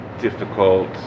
difficult